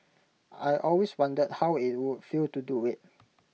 I always wondered how IT would feel to do IT